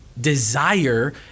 desire